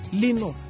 lino